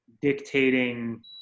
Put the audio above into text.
dictating